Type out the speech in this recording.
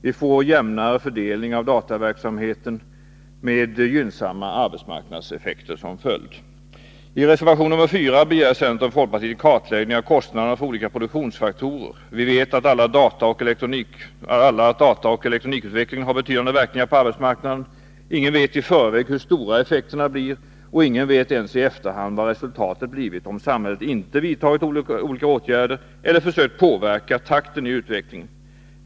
Vi får en jämnare fördelning av dataverksamheten, med gynnsamma arbetsmarknadseffekter som följd. I reservation nr 4 begär centern och folkpartiet en kartläggning av kostnaderna för olika produktionsfaktorer. Vi vet alla att dataoch elektronikutvecklingen har betydande verkningar på arbetsmarknaden. Ingen vet i förväg hur stora effekterna blir, och ingen vet ens i efterhand vad resultatet skulle ha blivit, om samhället inte vidtagit olika åtgärder eller försökt påverka utvecklingen.